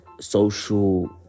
social